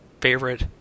favorite